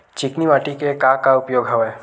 चिकनी माटी के का का उपयोग हवय?